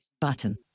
button